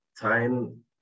time